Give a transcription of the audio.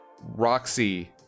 Roxy